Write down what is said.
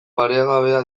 paregabea